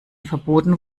verboten